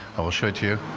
i will show it to you.